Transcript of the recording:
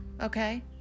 Okay